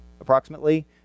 Approximately